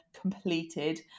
completed